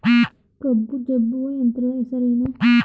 ಕಬ್ಬು ಜಜ್ಜುವ ಯಂತ್ರದ ಹೆಸರೇನು?